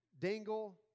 dangle